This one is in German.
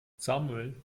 samuel